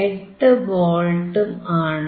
28 വോൾട്ടും ആണ്